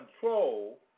control